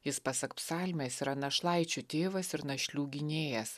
jis pasak psalmės yra našlaičių tėvas ir našlių gynėjas